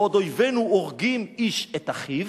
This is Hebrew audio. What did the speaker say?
בעוד אויבינו הורגים איש את אחיו,